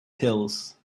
pills